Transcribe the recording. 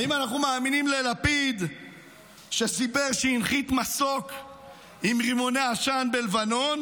האם אנחנו מאמינים ללפיד שסיפר שהנחית מסוק עם רימוני עשן בלבנון?